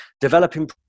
developing